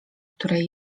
której